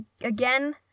again